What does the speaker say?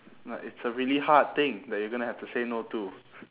but it's a really hard thing that you're gonna have to say no to